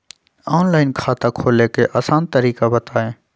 Online खाता खोले के आसान तरीका बताए?